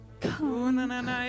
Come